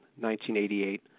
1988